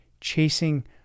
chasing